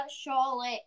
Charlotte